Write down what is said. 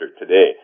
today